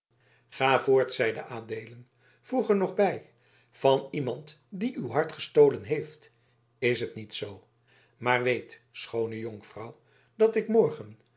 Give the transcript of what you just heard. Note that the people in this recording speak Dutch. ga voort zeide adeelen voeg er nog bij van iemand die uw hart gestolen heeft is het niet zoo maar weet schoone jonkvrouw dat ik morgen